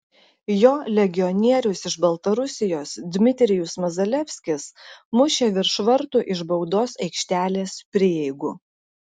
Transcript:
jo legionierius iš baltarusijos dmitrijus mazalevskis mušė virš vartų iš baudos aikštelės prieigų